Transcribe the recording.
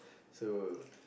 so